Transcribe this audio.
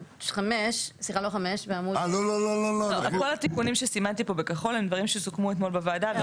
כל התיקונים שסימנתי פה בכחול הם דברים שסוכמו אתמול בוועדה.